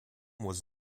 was